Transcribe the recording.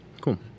Cool